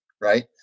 right